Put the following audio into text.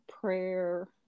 prayer